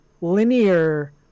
linear